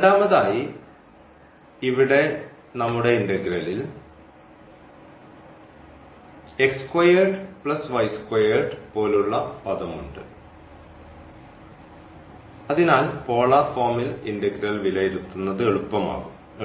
രണ്ടാമതായി ഇവിടെ നമ്മുടെ ഇന്റഗ്രന്റിൽ പോലുള്ള പദം ഉണ്ട് അതിനാൽ പോളാർ ഫോമിൽ ഇന്റഗ്രൽ വിലയിരുത്തുന്നത്